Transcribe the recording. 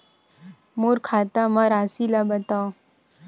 मोर खाता म राशि ल बताओ?